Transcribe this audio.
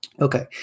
Okay